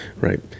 right